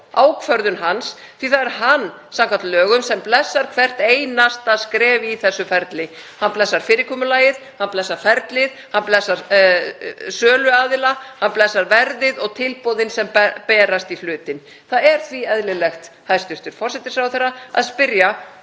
ákvörðun hans, því það er hann samkvæmt lögum sem blessar hvert einasta skref í þessu ferli. Hann blessar fyrirkomulagið, hann blessar ferlið, hann blessar söluaðila, blessar verðið og tilboðin sem berast í hlutinn. Það er því eðlilegt, hæstv. forsætisráðherra, að spyrja